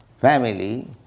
family